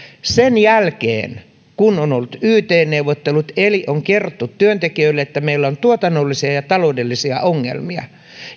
sen jälkeen kun on ollut yt neuvottelut eli on kerrottu työntekijöille että meillä on tuotannollisia ja taloudellisia ongelmia